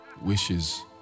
wishes